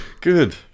Good